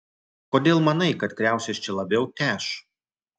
kodėl manai kad kriaušės čia labiau teš